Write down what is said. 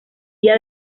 día